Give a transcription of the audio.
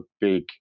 big